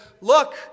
look